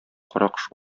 каракош